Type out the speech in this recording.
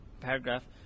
paragraph